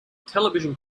television